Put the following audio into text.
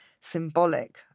symbolic